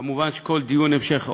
כמובן כל דיון המשך,